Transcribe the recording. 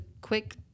quick